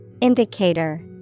Indicator